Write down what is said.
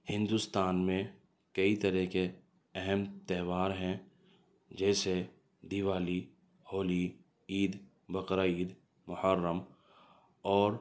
ہندوستان میں کئی طرح کے اہم تہوار ہیں جیسے دیوالی ہولی عید بقر عید محرم اور